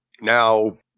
Now